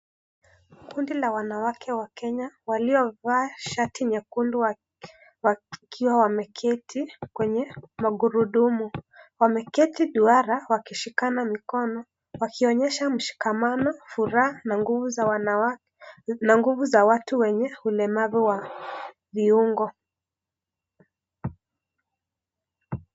Kundi la wanawake wa kenya waliovaa shati nyekundu wakiwa wameketi kwenye magurudumu. Wameketi duara wakishikana mikono wakionyesha mshikamano, furaha na nguvu za watu wenye ulemavu wa viungo.